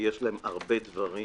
חסרים להם הרבה דברים: